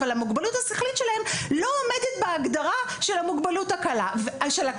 אבל המוגבלות השכלית שלהם לא עומדת בהגדרה של המוגבלות הבינונית.